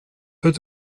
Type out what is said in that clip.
peut